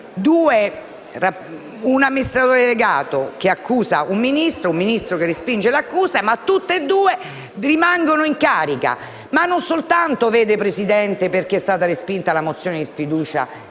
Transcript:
sono un amministratore delegato che accusa un Ministro e un Ministro che respinge l'accusa, ma tutti e due rimangono in carica, e non soltanto perché è stata respinta la mozione di sfiducia